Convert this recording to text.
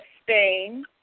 Spain